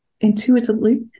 Intuitively